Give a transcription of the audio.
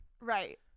Right